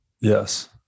Yes